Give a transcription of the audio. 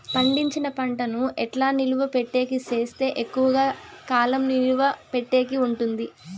పండించిన పంట ను ఎట్లా నిలువ పెట్టేకి సేస్తే ఎక్కువగా కాలం నిలువ పెట్టేకి ఉంటుంది?